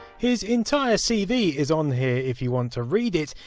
his entire cv is on here if you want to read it.